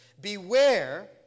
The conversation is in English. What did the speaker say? Beware